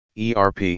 ERP